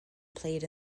played